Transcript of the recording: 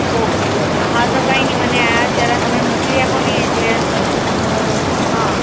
okay okay હા તો કંઈ નહીં મને આ જરા તમે મોક્લી આપોણે એટલે હું હ